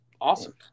awesome